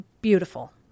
beautiful